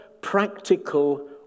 practical